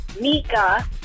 Mika